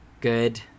good